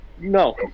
No